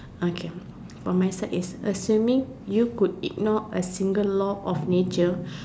okay from my side is assuming you could ignore a single law of nature